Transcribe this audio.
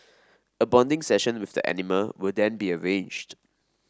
a bonding session with the animal will then be arranged